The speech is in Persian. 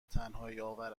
تنهاییآور